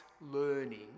learning